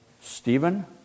Stephen